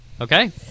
Okay